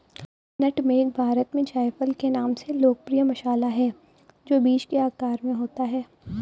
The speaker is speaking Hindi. नट मेग भारत में जायफल के नाम से लोकप्रिय मसाला है, जो बीज के आकार में होता है